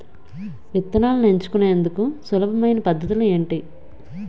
విత్తనాలను ఎంచుకునేందుకు సులభమైన పద్ధతులు ఏంటి?